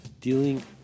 dealing